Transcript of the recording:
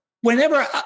whenever